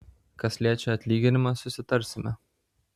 kas liečia atlyginimą susitarsime